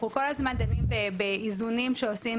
אנחנו כל הזמן דנים באיזונים שעושים